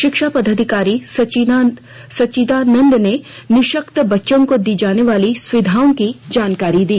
शिक्षा पदाधिकारी सच्चिदानंद ने निःशक्त बच्चों दी जाने वाली सुविधाओं की जानकारी दी